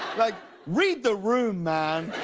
like read the room, man.